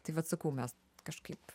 tai vat sakau mes kažkaip